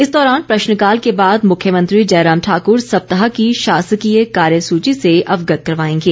इस दौरान प्रश्नकाल के बाद मुख्यमंत्री जयराम ठाकुर सप्ताह की शासकीय कार्यसूची से अवगत करवाएंगे